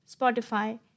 Spotify